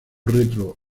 retro